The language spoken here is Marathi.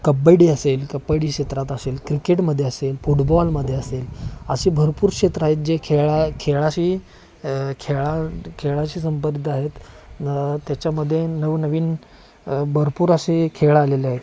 कबड्डी असेल कबड्डी क्षेत्रात असेल क्रिकेटमध्ये असेल फुटबॉलमध्ये असेल असे भरपूर क्षेत्र आहेत जे खेळा खेळाशी खेळा खेळाशी संबंधी आहेत त्याच्यामध्ये नवनवीन भरपूर असे खेळ आलेले आहेत